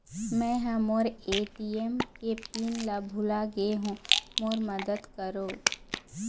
मै ह मोर ए.टी.एम के पिन ला भुला गे हों मोर मदद करौ